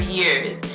years